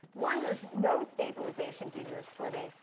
one, there's no stabilization due to the splitting.